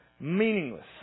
meaningless